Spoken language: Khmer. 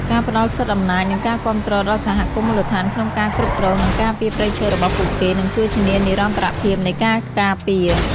ការផ្តល់សិទ្ធិអំណាច និងការគាំទ្រដល់សហគមន៍មូលដ្ឋានក្នុងការគ្រប់គ្រង និងការពារព្រៃឈើរបស់ពួកគេនឹងជួយធានានិរន្តរភាពនៃការការពារ។